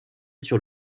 sur